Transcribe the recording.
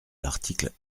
l’article